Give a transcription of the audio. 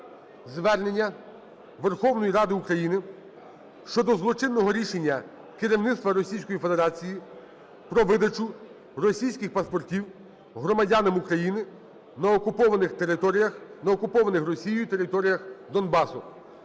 звернення Верховної Ради України щодо злочинного рішення керівництва Російської Федерації про видачу російських паспортів громадянам України на окупованих територіях, на